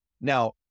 Now